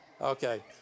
Okay